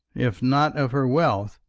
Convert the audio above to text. if not of her wealth,